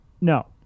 No